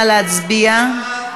נא להצביע.